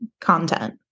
content